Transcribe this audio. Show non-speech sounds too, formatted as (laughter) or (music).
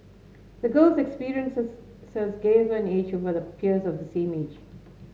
the girl's experiences (unintelligible) gave her an edge over her peers of the same age